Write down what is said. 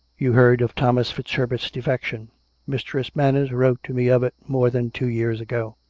you heard of thomas fitzherbert's defection mistress manners wrote to me of it, more than two years ago.